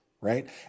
Right